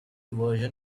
version